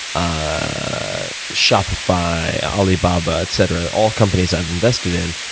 ah shopify, ali baba, etc, all companies i've invested in,